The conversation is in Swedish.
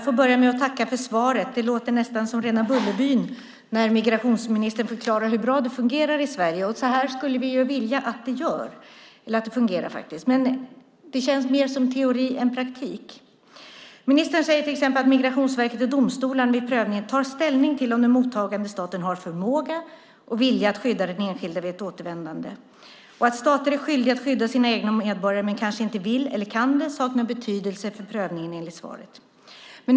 Fru talman! Jag tackar för svaret. Det låter som rena Bullerbyn när migrationsministern förklarar hur bra det fungerar i Sverige. Så skulle vi vilja att det fungerade, men det känns mer som teori än praktik. Ministern säger till exempel att Migrationsverket och domstolen vid prövning tar ställning om den mottagande staten har förmåga och vilja att skydda den enskilde vid ett återvändande. Att staten är skyldig att skydda sina egna medborgare, men kanske inte vill eller kan saknar betydelse för prövningen, enligt svaret.